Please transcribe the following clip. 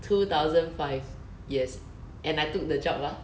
two thousand five yes and I took the job ah